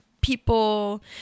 people